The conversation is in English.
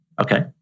Okay